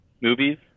movies